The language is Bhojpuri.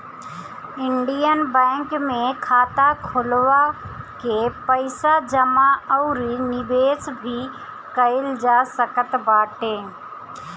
इंडियन बैंक में खाता खोलवा के पईसा जमा अउरी निवेश भी कईल जा सकत बाटे